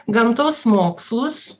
gamtos mokslus